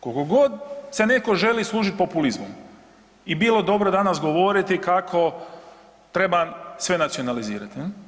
kolikogod se neko želi služiti populizmom i bilo dobro danas govoriti kako treba sve nacionalizirati.